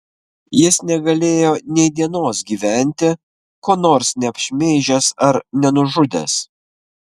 jis negalėjo nei dienos gyventi ko nors neapšmeižęs ar nenužudęs